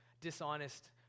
dishonest